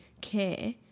care –